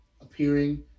appearing